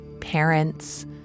parents